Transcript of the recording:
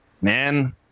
man